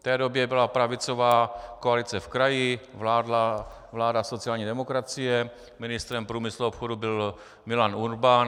V té době byla pravicová koalice v kraji, vládla vláda sociální demokracie, ministrem průmyslu a obchodu byl Milan Urban.